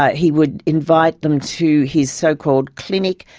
he would invite them to his so-called clinic,